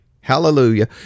hallelujah